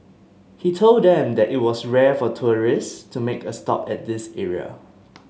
he told them that it was rare for tourists to make a stop at this area